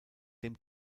dem